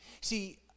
See